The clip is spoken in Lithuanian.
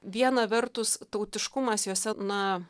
viena vertus tautiškumas jose na